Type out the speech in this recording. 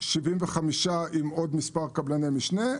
75 עובדים עם עוד מספר קבלני משנה,